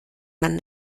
man